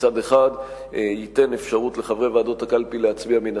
ומצד אחד ייתן אפשרות לחברי ועדות הקלפי להצביע,